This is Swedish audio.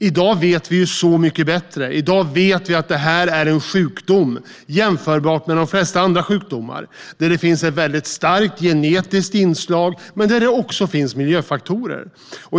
I dag vet vi så mycket bättre. I dag vet vi att det här är en sjukdom jämförbar med de flesta andra sjukdomar, där det finns ett väldigt starkt genetiskt inslag men även miljöfaktorer.